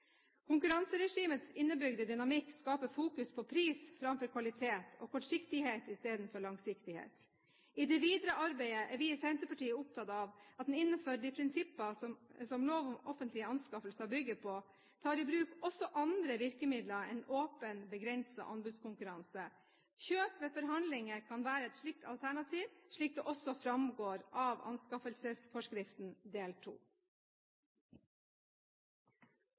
Konkurranseregimets innebygde dynamikk skaper fokus på pris framfor kvalitet, og kortsiktighet i stedet for langsiktighet. I det videre arbeidet er vi i Senterpartiet opptatt av at en innenfor de prinsipper som lov om offentlige anskaffelser bygger på, tar i bruk også andre virkemidler enn åpen, begrenset anbudskonkurranse. Kjøp ved forhandlinger kan være et slikt alternativ, slik det også framgår av anskaffelsesforskriften, del